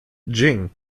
jing